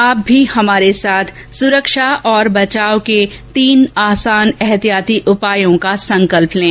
आप भी हमारे साथ सुरक्षा और बचाव के तीन आसान एहतियाती उपायों का संकल्प लें